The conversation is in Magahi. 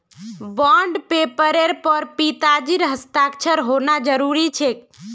बॉन्ड पेपरेर पर पिताजीर हस्ताक्षर होना जरूरी छेक